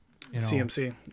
CMC